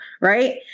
right